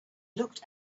looked